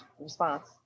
response